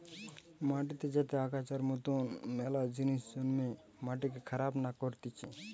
মাটিতে যাতে আগাছার মতন মেলা জিনিস জন্মে মাটিকে খারাপ না করতিছে